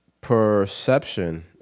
perception